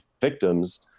victims